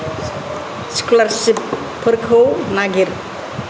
स्कलारसिफफोरखौ नागिर